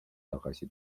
tagasi